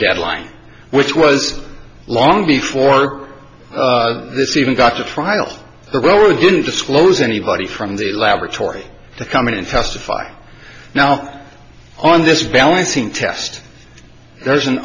deadline which was long before this even got to trial where we didn't disclose anybody from the laboratory to come in and testify now on this balancing test there's an